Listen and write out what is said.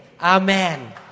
Amen